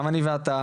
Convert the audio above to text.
גם אני ואתה,